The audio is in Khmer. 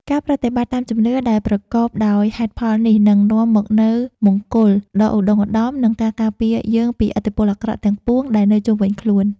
ការប្រតិបត្តិតាមជំនឿដែលប្រកបដោយហេតុផលនេះនឹងនាំមកនូវមង្គលដ៏ឧត្តុង្គឧត្តម និងការការពារយើងពីឥទ្ធិពលអាក្រក់ទាំងពួងដែលនៅជុំវិញខ្លួន។